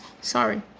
sorry